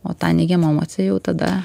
o tą neigiamą emociją jau tada